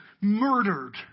murdered